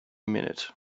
minute